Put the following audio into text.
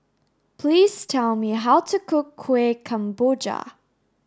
please tell me how to cook Kueh Kemboja